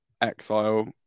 Exile